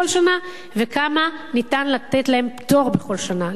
שנה וכמה אפשר לתת להם פטור בכל שנה.